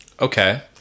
Okay